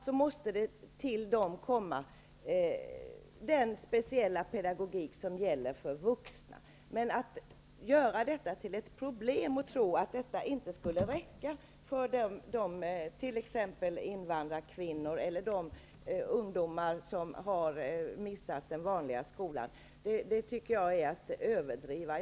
Dessa måste alltså få den speciella pedagogik som gäller för vuxna. Men att göra detta till ett problem och tro att detta inte skulle räcka för att undervisa t.ex. invandrarkvinnor eller de ungdomar som har missat den vanliga skolan, det tycker jag är att överdriva.